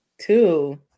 Two